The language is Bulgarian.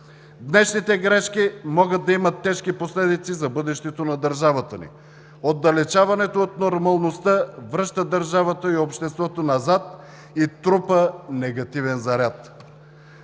Днешните грешки могат да имат тежки последици за бъдещето на държавата ни. Отдалечаването от нормалността връща държавата и обществото назад и трупа негативен заряд.